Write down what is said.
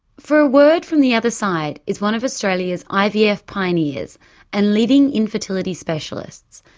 for a word from the other side is one of australia's ivf pioneers and leading infertility specialists,